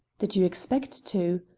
did you expect to?